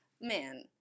man